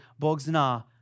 Bogzna